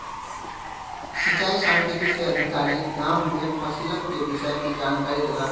सिचाई सांख्यिकी से अधिकारी, गाम में फसिलक के विषय में जानकारी देलक